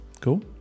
cool